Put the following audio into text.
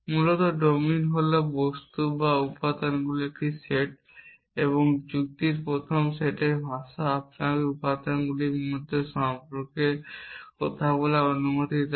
মূলত ডোমিন হল বস্তু বা উপাদানগুলির একটি সেট এবং যুক্তির প্রথম সেটের ভাষা আপনাকে উপাদানগুলির মধ্যে সম্পর্ক সম্পর্কে কথা বলার অনুমতি দেয়